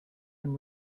him